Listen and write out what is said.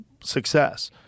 success